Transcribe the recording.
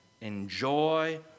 enjoy